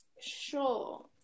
sure